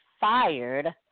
fired